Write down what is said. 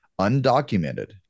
undocumented